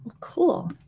Cool